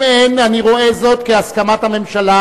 אם אין, אני רואה זאת כהסכמת הממשלה,